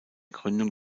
gründung